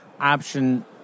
option